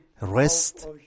rest